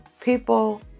people